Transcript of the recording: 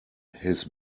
his